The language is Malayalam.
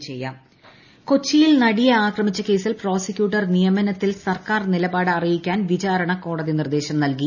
നടിയെ ആക്രമിച്ച കേസ് കൊച്ചിയിൽ നടിയെ ആക്രമിച്ച കേസിൽ പ്രോസിക്യൂട്ടർ നിയമനത്തിൽ സർക്കാർ നിലപാട് അറിയിക്കാൻ വിചാരണ കോടതി നിർദ്ദേശം നൽകി